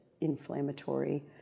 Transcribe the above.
inflammatory